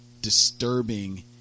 disturbing